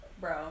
Bro